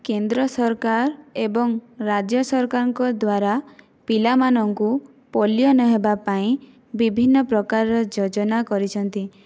କେନ୍ଦ୍ର ସରକାର ଏବଂ ରାଜ୍ୟ ସରକାରଙ୍କ ଦ୍ଵାରା ପିଲାମାନଙ୍କୁ ପୋଲିଓ ନହେବା ପାଇଁ ବିଭିନ୍ନ ପ୍ରକାରର ଯୋଜନା କରିଛନ୍ତି